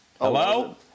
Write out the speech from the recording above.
Hello